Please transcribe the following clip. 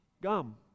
gum